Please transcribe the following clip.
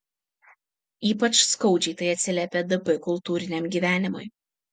ypač skaudžiai tai atsiliepė dp kultūriniam gyvenimui